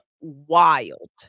wild